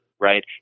right